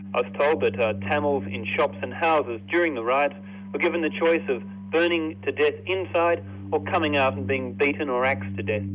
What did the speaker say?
ah told that tamils in shops and houses during the riot, were ah given the choice of burning to death inside or coming out and being beaten or axed to death.